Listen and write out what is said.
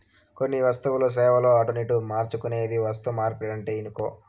కొన్ని వస్తువులు, సేవలు అటునిటు మార్చుకునేదే వస్తుమార్పిడంటే ఇనుకో